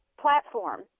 platform